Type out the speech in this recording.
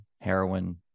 heroin